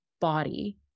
body